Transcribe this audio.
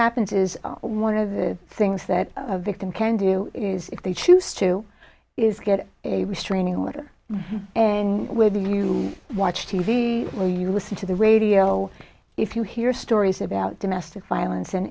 happens is one of the things that a victim can do is if they choose to is get a restraining order and with you watch t v or you listen to the radio if you hear stories about domestic violence